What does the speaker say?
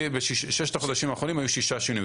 בששת החודשים האחרונים היו שישה שינויים.